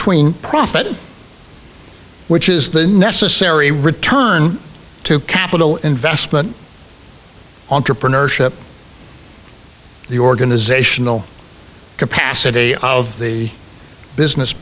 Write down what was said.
between profit which is the necessary return to capital investment entrepreneurship the organizational capacity of the business